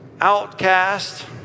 outcast